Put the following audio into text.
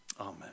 Amen